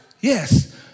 Yes